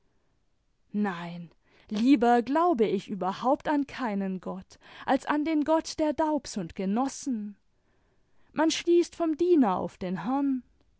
ndn lieber glaube ich überhaupt an keinen gott als an den gott der daubs imd genossen man schließt vom diener auf den herrn